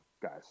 guys